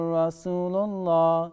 Rasulullah